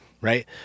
right